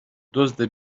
دزد